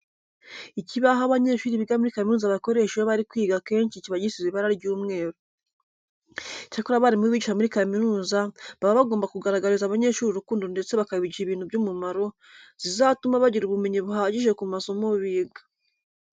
Ikibaho abanyeshuri biga muri kaminuza bakoresha iyo bari kwiga akenshi kiba gisize ibara ry'umweru. Icyakora abarimu bigisha muri kaminuza baba bagomba kugaragariza abanyeshuri urukundo ndetse bakabigisha ibintu by'umumaro zizatuma bagira ubumenyi buhagije ku masomo biga.